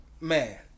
man